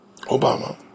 Obama